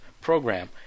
program